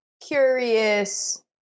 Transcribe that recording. curious